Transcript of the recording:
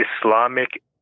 Islamic